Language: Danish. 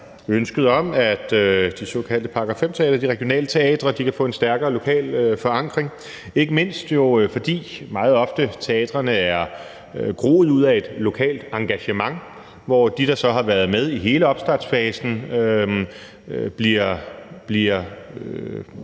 ønsket om, at de såkaldte § 5-teatre, altså de regionale teatre, kan få en stærkere lokal forankring, ikke mindst fordi teatrene jo meget ofte er groet ud af et lokalt engagement, hvor de, der så har været med i hele opstartsfasen, bliver